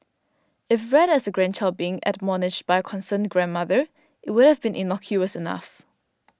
if read as a grandchild being admonished by a concerned grandmother it would have been innocuous enough